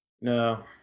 no